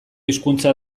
hizkuntza